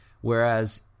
Whereas